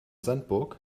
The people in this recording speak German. sandburg